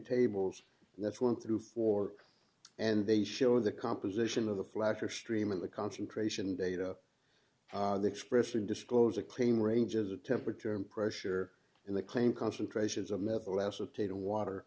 tables that's one through four and they show the composition of the flatter stream of the concentration data the expression disclose a claim ranges of temperature and pressure in the claim concentrations of metal acetate of water